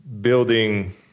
building